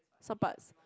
some parts